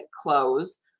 close